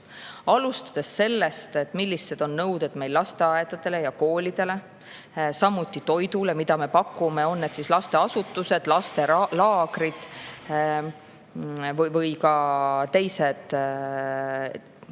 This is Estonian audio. Alustades sellest, millised on nõuded lasteaedadele ja koolidele, samuti toidule, mida me pakume – on need lasteasutused, lastelaagrid või ka teised